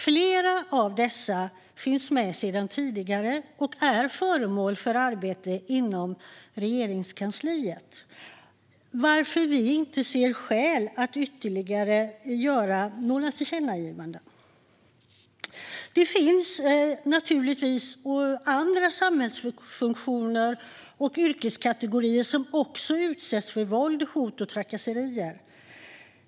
Flera av dessa tillkännagivanden finns med sedan tidigare och är föremål för arbete inom Regeringskansliet, varför vi inte ser skäl till att göra ytterligare tillkännagivanden. Det finns naturligtvis andra samhällsfunktioner och yrkeskategorier som också utsätts för våld, hot och trakasserier.